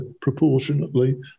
proportionately